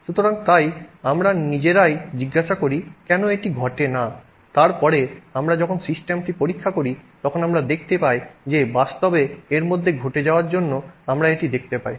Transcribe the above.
সুতরাং তাই আমরা নিজেরাই জিজ্ঞাসা করি কেন এটি ঘটেনা তারপরে আমরা যখন সিস্টেমটি পরীক্ষা করি তখন আমরা দেখতে পাই যে বাস্তবে এর মধ্যে ঘটে যাওয়ার জন্য আমরা এটি দেখতে পাই